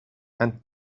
and